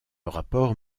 rapport